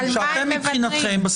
כשאתם מבחינתכם,